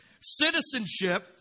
Citizenship